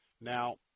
Now